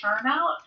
turnout